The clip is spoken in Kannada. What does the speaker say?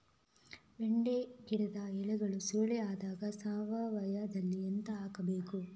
ಬೆಂಡೆ ಗಿಡದ ಎಲೆಗಳು ಸುರುಳಿ ಆದಾಗ ಸಾವಯವದಲ್ಲಿ ಎಂತ ಹಾಕಬಹುದು?